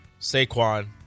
Saquon